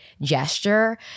gesture